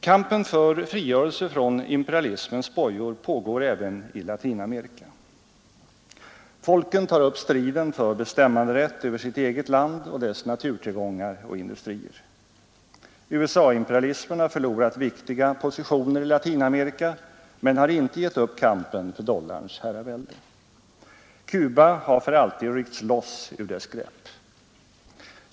Kampen för frigörelse från imperialismens bojor pågår även i Latinamerika. Folken tar upp striden för bestämmanderätt över sitt eget land och dess naturtillgångar och industrier. USA-imperialismen har förlorat viktiga positioner i Latinamerika, men har inte gett upp kampen för dollarns herravälde. Cuba har för alltid ryckts loss ur dess grepp.